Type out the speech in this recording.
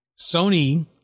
Sony